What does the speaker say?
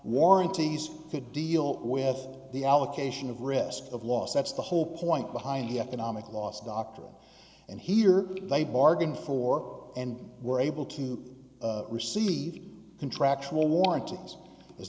warranties could deal with the allocation of risk of loss that's the whole point behind the economic loss doctrine and here they bargained for and were able to receive contractual warranties